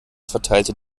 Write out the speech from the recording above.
verteilte